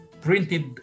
printed